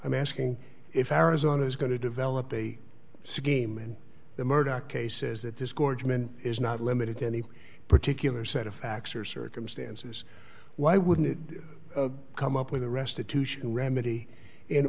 i'm asking if arizona is going to develop a scheme and the murdoch cases that disgorgement is not limited to any particular set of facts or circumstances why wouldn't come up with a restitution remedy in